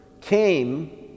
came